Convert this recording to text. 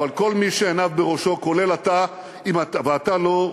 אבל כל מי שעיניו בראשו, כולל אתה, ואתה לא,